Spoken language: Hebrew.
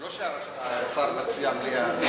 שלא השר מציע מליאה,